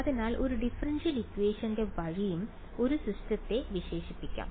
അതിനാൽ ഒരു ഡിഫറൻഷ്യൽ ഇക്വേഷൻറെ വഴിയും ഒരു സിസ്റ്റത്തെ വിശേഷിപ്പിക്കാം